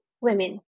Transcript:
women